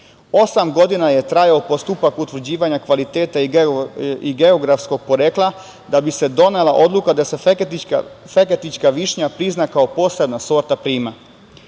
godina je trajao postupak utvrđivanja kvaliteta i geografskog porekla, da bi se donela odluka da se feketića višnja prizna kao posebna sorta